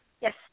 Yes